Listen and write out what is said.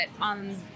on